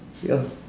ya